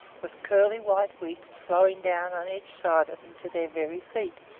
with curly white wigs flowing down on each side of them to their very feet,